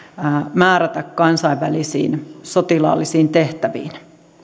määrätä kansainvälisiin sotilaallisiin tehtäviin